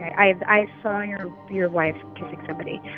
i saw your your wife kissing somebody.